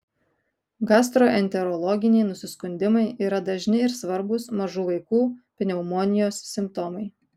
gastroenterologiniai nusiskundimai yra dažni ir svarbūs mažų vaikų pneumonijos simptomai